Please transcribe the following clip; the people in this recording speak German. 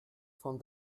von